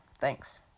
Thanks